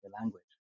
language